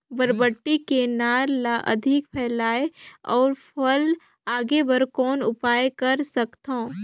बरबट्टी के नार ल अधिक फैलाय अउ फल लागे बर कौन उपाय कर सकथव?